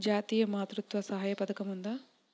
జాతీయ మాతృత్వ సహాయ పథకం ఉందా?